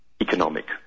economic